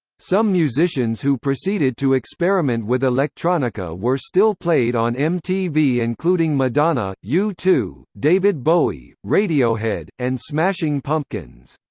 some musicians who proceeded to experiment with electronica were still played on mtv including madonna, u two, david bowie, radiohead, and smashing pumpkins.